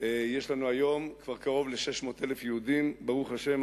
יש לנו היום כבר קרוב ל-600,000 יהודים, ברוך השם.